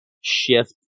Shift